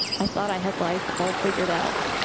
i thought i had life all figured out.